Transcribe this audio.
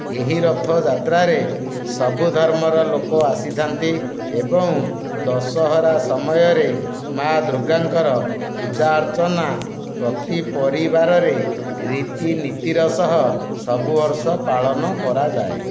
ଏହି ରଥଯାତ୍ରାରେ ସବୁ ଧର୍ମର ଲୋକ ଆସିଥାନ୍ତି ଏବଂ ଦଶହରା ସମୟରେ ମାଆ ଦୁର୍ଗାଙ୍କର ପୂଜା ଅର୍ଚ୍ଚନା ପ୍ରତି ପରିବାରରେ ରୀତି ନୀତିର ସହ ସବୁ ବର୍ଷ ପାଳନ କରାଯାଏ